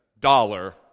dollar